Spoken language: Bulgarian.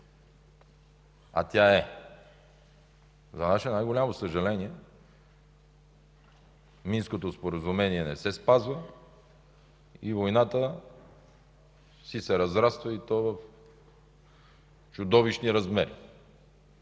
а тя е: за наше най-голямо съжаление Минското споразумение не се спазва и войната си се разраства и то в чудовищни размери.